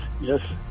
yes